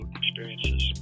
experiences